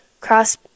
cross